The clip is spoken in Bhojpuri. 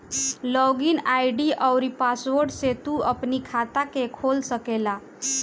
लॉग इन आई.डी अउरी पासवर्ड से तू अपनी खाता के खोल सकेला